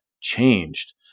changed